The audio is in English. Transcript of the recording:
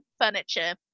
furniture